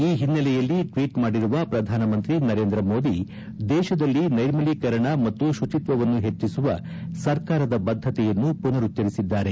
ಈ ಹಿನ್ನೆಲೆಯಲ್ಲಿ ಟ್ವೀಟ್ ಮಾಡಿರುವ ಪ್ರಧಾನಮಂತ್ರಿ ನರೇಂದ್ರ ಮೋದಿ ದೇಶದಲ್ಲಿ ನೈರ್ಮಲೀಕರಣ ಮತ್ತು ಶುಚಿತ್ವ ವನ್ನು ಹೆಚ್ಚಿಸುವ ಸರ್ಕಾರದ ಬದ್ಧತೆಯನ್ನು ಪುನರುಚ್ಧರಿಸಿದ್ದಾರೆ